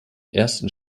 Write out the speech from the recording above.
ersten